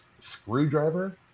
screwdriver